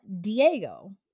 Diego